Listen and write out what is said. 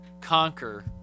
conquer